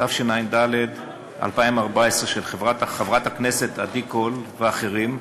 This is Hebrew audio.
התשע"ד 2014, של חברת הכנסת עדי קול ואחרים,